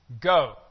go